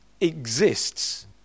exists